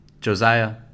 Josiah